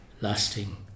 lasting